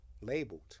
labeled